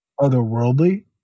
otherworldly